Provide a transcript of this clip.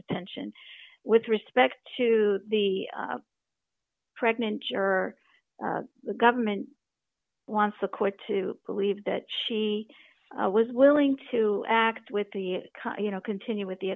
ttention with respect to the pregnant juror the government wants a court to believe that she was willing to act with the you know continue with the